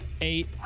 eight